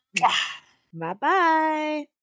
Bye-bye